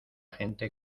gente